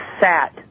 sat